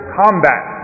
combat